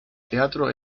teatro